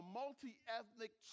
multi-ethnic